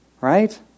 right